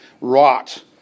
rot